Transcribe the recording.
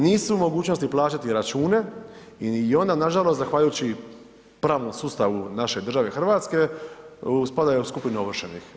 Nisu u mogućnosti plaćati račune i onda nažalost zahvaljujući pravnom sustavu naše države Hrvatske, spadaju u skupinu ovršenih.